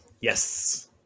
yes